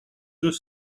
deux